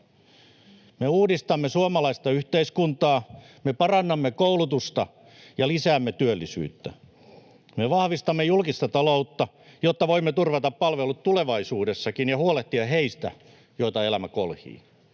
Me uudistamme suomalaista yhteiskuntaa, me parannamme koulutusta ja lisäämme työllisyyttä. Me vahvistamme julkista taloutta, jotta voimme turvata palvelut tulevaisuudessakin ja huolehtia heistä, joita elämä kolhii.